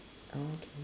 okay